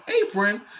apron